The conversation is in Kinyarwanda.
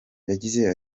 yagize